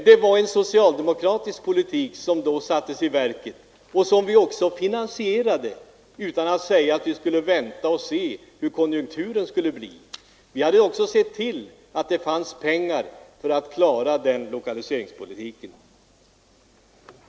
Det var en socialdemokratisk politik som då sattes i verket och som vi också finansierade utan att säga att vi skulle vänta och se hur konjunkturen skulle bli. Vi hade sett till att det fanns pengar för att klara denna stora satsning.